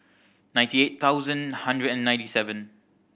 ninety eight thousand hundred and ninety seven